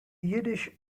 yiddish